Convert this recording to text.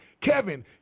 Kevin